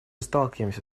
сталкиваемся